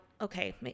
okay